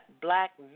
black